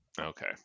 Okay